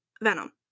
venom